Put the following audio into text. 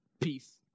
peace